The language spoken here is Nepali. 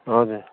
हजुर